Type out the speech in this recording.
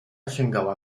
sięgała